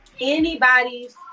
anybody's